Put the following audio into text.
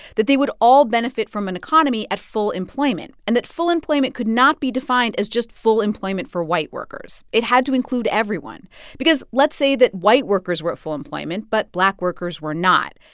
that they would all benefit from an economy at full employment and that full employment could not be defined as just full employment for white workers it had to include everyone because let's say that white workers were at full employment but black workers were not,